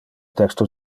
texto